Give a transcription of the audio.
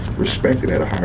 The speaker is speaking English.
respect it at a higher